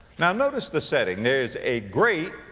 now notice the setting. there is a great,